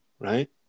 right